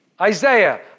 Isaiah